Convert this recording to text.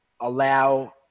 allow